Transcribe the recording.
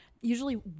usually